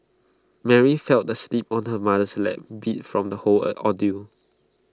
Mary fell asleep on her mother's lap beat from the whole ordeal